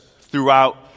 throughout